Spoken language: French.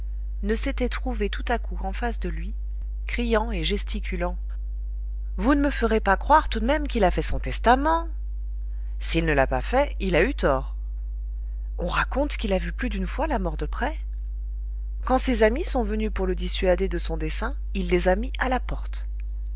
ne s'étaient trouvés tout à coup en face de lui criant et gesticulant vous ne me ferez pas croire tout de même qu'il a fait son testament s'il ne l'a pas fait il a eu tort on raconte qu'il a vu plus d'une fois la mort de près quand ses amis sont venus pour le dissuader de son dessein il les a mis à la porte